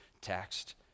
text